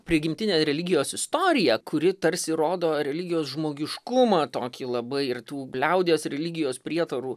prigimtinė religijos istorija kuri tarsi rodo religijos žmogiškumą tokį labai ir tų liaudies religijos prietarų